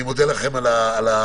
אני מודה לכם על היוזמה,